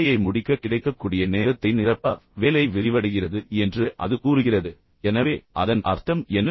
வேலையை முடிக்க கிடைக்கக்கூடிய நேரத்தை நிரப்ப வேலை விரிவடைகிறது என்று அது கூறுகிறது எனவே அதன் அர்த்தம் என்ன